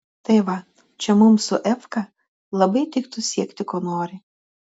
tai va čia mums su efka labai tiktų siekti ko nori